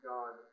God